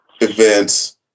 events